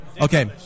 Okay